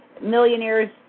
millionaires